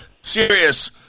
serious